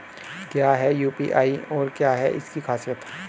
क्या है यू.पी.आई और क्या है इसकी खासियत?